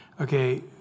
Okay